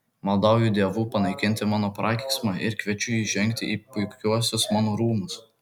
maldauju dievų panaikinti mano prakeiksmą ir kviečiu įžengti į puikiuosius mano rūmus